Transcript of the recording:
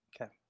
Okay